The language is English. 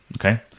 okay